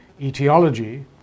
etiology